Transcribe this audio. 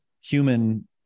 human